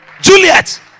Juliet